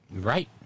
right